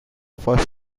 first